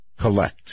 collect